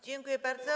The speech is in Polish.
Dziękuję bardzo.